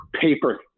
paper